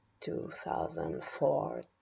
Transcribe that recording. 2004